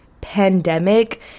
pandemic